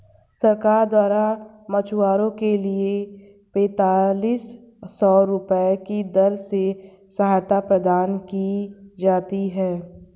सरकार द्वारा मछुआरों के लिए पेंतालिस सौ रुपये की दर से सहायता प्रदान की जाती है